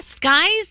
Guys